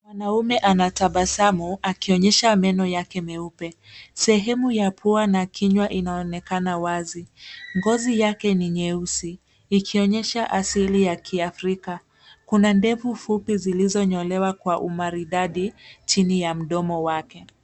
Mwanaume anatabasamu akionyesha meno yake meupe. Sehemu ya pua na kinywa inaonekana wazi. Ngozi yake ni nyeusi, ikionyesha asili ya kiafrika. Kuna ndefu fupi zilizonyolewa kwa umaridadi, chini ya mdomo wake.